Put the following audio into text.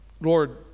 Lord